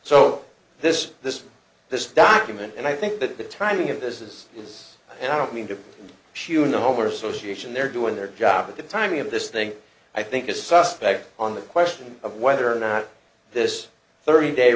so this this this document and i think that the timing of this is this and i don't mean to human over association they're doing their job but the timing of this thing i think is suspect on the question of whether or not this thirty day